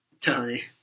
Tony